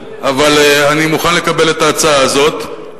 אבל אני מוכן לקבל את ההצעה הזאת,